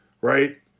right